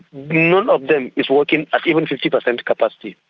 none of them is working at even fifty per cent capacity.